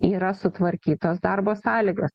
yra sutvarkytos darbo sąlygos